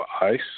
ice